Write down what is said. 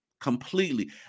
Completely